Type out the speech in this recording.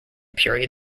period